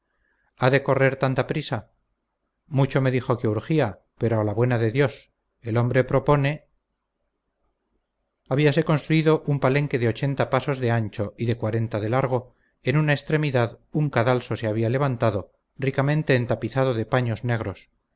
de correr tanta prisa mucho me dijo que urgía pero a la buena de dios el hombre propone habíase construido un palenque de ochenta pasos de ancho y de cuarenta de largo en una extremidad un cadalso se había levantado ricamente entapizado de paños negros